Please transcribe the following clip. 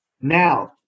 Now